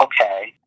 Okay